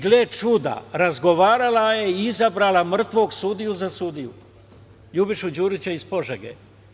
Gle čuda, razgovarala je i izabrala mrtvog sudiju za sudiju, Ljubišu Đurića iz Požege.